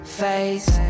face